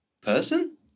person